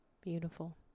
Beautiful